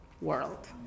world